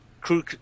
crew